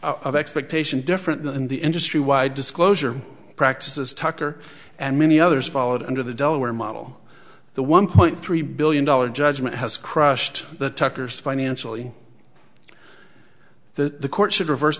of expectation different than the industry wide disclosure practices tucker and many others followed under the delaware model the one point three billion dollars judgment has crushed the tuckers financially the courts had reverse